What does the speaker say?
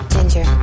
Ginger